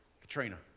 Katrina